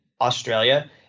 Australia